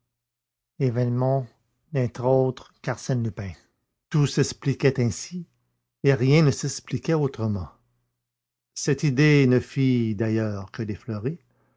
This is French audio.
velmont n'est autre qu'arsène lupin tout s'expliquait ainsi et rien ne s'expliquait autrement cette idée ne fit d'ailleurs que l'effleurer